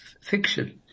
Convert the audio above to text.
fiction